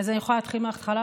אז אני יכולה להתחיל מהתחלה?